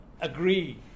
agree